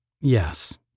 Yes